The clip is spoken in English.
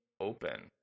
open